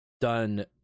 done